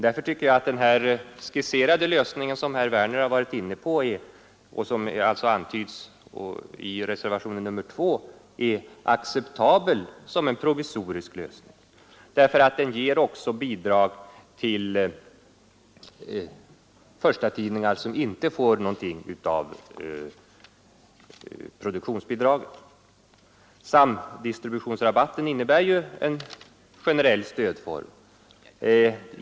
Därför tycker jag att den här skisserade lösningen, som herr Werner i Malmö har varit inne på och som antyds i reservationen 2, är acceptabel som en provisorisk lösning. Den ger nämligen också någon ersättning för kostnadsökningar till förstatidningar som inte får någonting av produktionsbidraget. Samdistributionsrabatten innebär ju en generell stödform.